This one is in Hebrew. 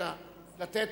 לתת,